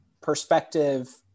perspective